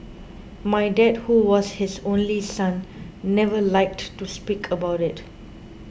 my dad who was his only son never liked to speak about it